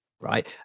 right